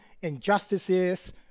injustices